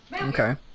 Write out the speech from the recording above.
Okay